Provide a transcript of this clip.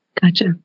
Gotcha